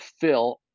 fill